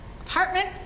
apartment